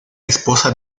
esposa